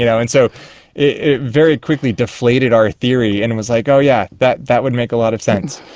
you know and so it very quickly deflated our theory, and it was like, oh yeah, that that would make a lot of sense.